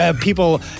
people